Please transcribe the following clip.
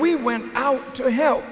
we went out to help